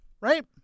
Right